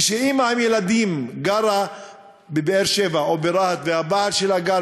כשאימא עם ילדים גרה בבאר-שבע או ברהט והבעל שלה גר